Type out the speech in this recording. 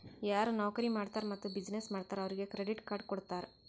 ಯಾರು ನೌಕರಿ ಮಾಡ್ತಾರ್ ಮತ್ತ ಬಿಸಿನ್ನೆಸ್ ಮಾಡ್ತಾರ್ ಅವ್ರಿಗ ಕ್ರೆಡಿಟ್ ಕಾರ್ಡ್ ಕೊಡ್ತಾರ್